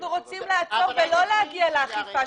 אנחנו רוצים לעצור ולא להגיע לאכיפה,